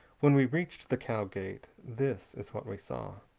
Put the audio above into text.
when we reached the cow gate this is what we saw